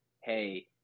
hey